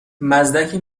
مزدک